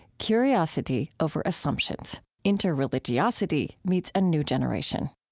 curiosity over assumptions interreligiosity meets a new generation.